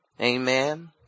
amen